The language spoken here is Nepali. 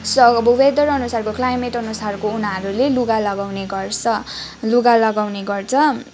स अब वेदर अनुसारको क्लाइमेट अनुसारको उनीहरूले लुगा लगाउने गर्छ लुगा लगाउने गर्छ